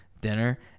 dinner